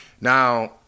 Now